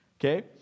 okay